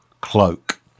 cloak